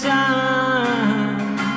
time